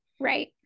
Right